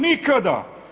Nikada.